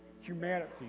humanity